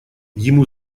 ему